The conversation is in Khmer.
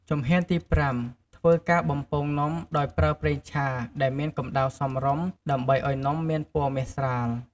ជំហានទី ៥ ធ្វើការបំពងនំដោយប្រើប្រេងឆាដែលមានកំដៅសមរម្យ ដើម្បីឲ្យនំមានពណ៌មាសស្រាល។